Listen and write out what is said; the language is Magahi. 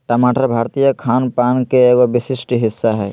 टमाटर भारतीय खान पान के एगो विशिष्ट हिस्सा हय